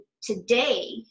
today